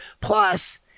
Plus